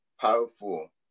powerful